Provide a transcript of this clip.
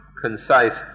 concise